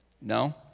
No